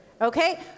Okay